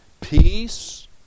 peace